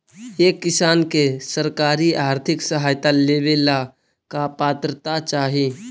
एक किसान के सरकारी आर्थिक सहायता लेवेला का पात्रता चाही?